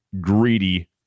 greedy